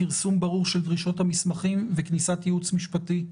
פרסום ברור של דרישות המסמכים וכניסת ייעוץ משפטי.